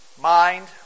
mind